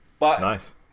nice